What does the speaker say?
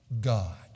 God